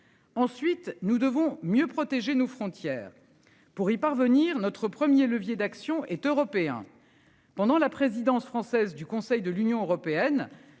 Ensuite, nous devons mieux protéger nos frontières pour y parvenir notre 1er levier d'action est européen. Pendant la présidence française du Conseil de l'Union européenne,